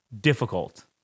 Difficult